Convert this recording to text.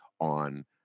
on –